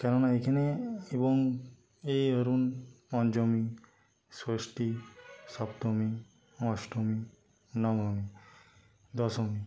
কেননা এখানে এবং এই ধরুন পঞ্চমী ষষ্ঠী সপ্তমী অষ্টমী নবমী দশমী